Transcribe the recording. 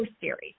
series